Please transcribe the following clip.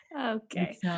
Okay